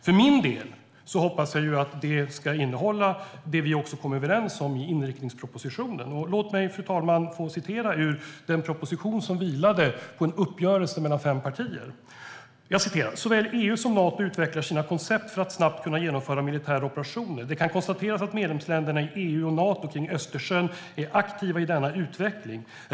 För min del hoppas jag att det ska innehålla det vi kom överens om i inriktningspropositionen. Låt mig, fru talman, citera ur den propositionen, som vilade på en uppgörelse mellan fem partier: "Såväl EU som Nato utvecklar sina koncept för att snabbt kunna genomföra militära operationer. Det kan konstateras att medlemsländerna i EU och Nato kring Östersjön är aktiva i denna utveckling.